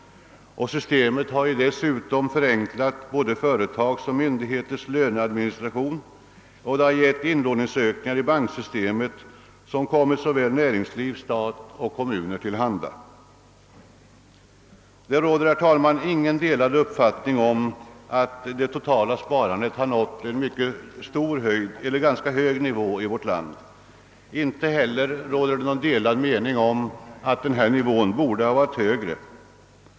Dessutom har det förenklat både företags och myndigheters löneadministration och åstadkommit inlåningsökningar i bankerna, vilket kommit näringsliv, stat och kommuner till godo. Det råder, herr talman, inga skilda uppfattningar om att det totala sparandet nått en ganska hög nivå i vårt land. Inte heller råder det några delade meningar om att denna nivå borde ha varit högre.